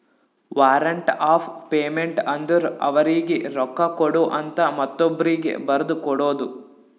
warrant of payment ಅಂದುರ್ ಅವರೀಗಿ ರೊಕ್ಕಾ ಕೊಡು ಅಂತ ಮತ್ತೊಬ್ರೀಗಿ ಬರದು ಕೊಡೋದು